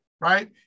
right